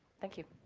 thank you.